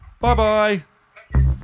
Bye-bye